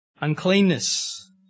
uncleanness